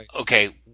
Okay